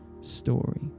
story